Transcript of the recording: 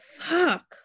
fuck